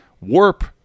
Warp